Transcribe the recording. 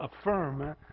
affirm